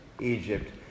Egypt